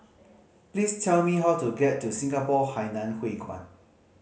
please tell me how to get to Singapore Hainan Hwee Kuan